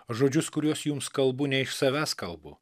o žodžius kuriuos jums kalbu ne iš savęs kalbu